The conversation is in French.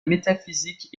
métaphysique